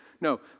no